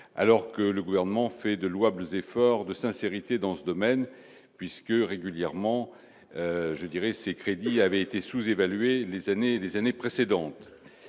alors que le gouvernement fait de louables efforts de sincérité dans ce domaine puisque régulièrement je dirais ces crédits avaient été sous-évalué les années des